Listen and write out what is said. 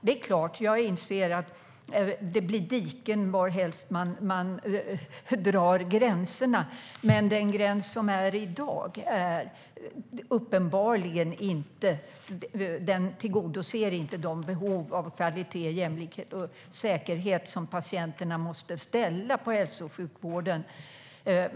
Det är klart att jag inser att det blir diken varhelst man drar gränserna. Men med den gräns som finns i dag tillgodoses uppenbarligen inte patienternas behov av kvalitet, jämlikhet och säkerhet inom hälso och sjukvården som de har rätt att ställa krav på.